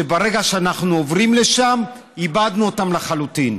שברגע שאנחנו עוברים לשם איבדנו אותם לחלוטין.